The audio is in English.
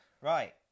right